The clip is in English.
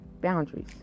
boundaries